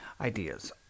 ideas